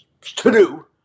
to-do